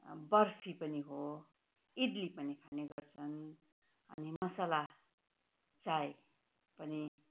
बर्फी पनि हो इडली पनि खाने गर्छन् अनि मसाला चाय पनि